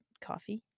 Coffee